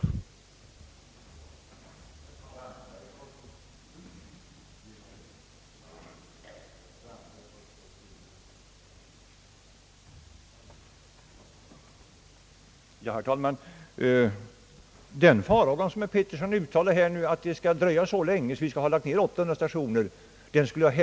Riksdagen bör därför handla nu.